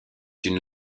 une